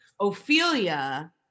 Ophelia